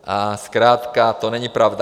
A zkrátka to není pravda.